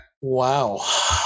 Wow